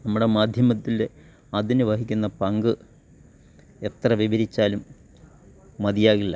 നമ്മുടെ മാധ്യമത്തില്ലെ അതിന് വഹിക്കുന്ന പങ്ക് എത്ര വിവരിച്ചാലും മതിയാകില്ല